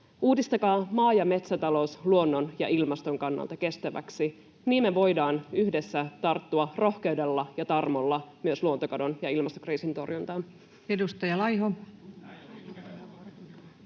uudistakaa maa- ja metsätalous luonnon ja ilmaston kannalta kestäväksi, niin me voidaan yhdessä tarttua rohkeudella ja tarmolla myös luontokadon ja ilmastokriisin torjuntaan.